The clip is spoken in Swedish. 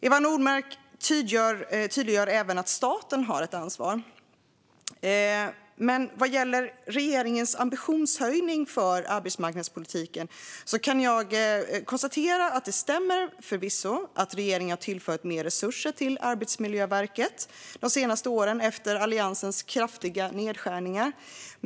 Eva Nordmark tydliggör att även staten har ett ansvar, men vad gäller regeringens ambitionshöjning för arbetsmiljöpolitiken kan jag konstatera att det förvisso stämmer att regeringen har tillfört mer resurser till Arbetsmiljöverket de senaste åren efter Alliansens kraftiga nedskärningar.